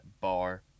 bar